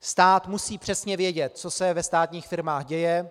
Stát musí přesně vědět, co se ve státních firmách děje.